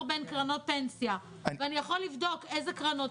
בין קרנות פנסיה ואני יכולה לבדוק איזה קרנות,